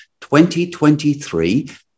2023